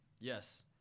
yes